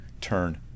Turn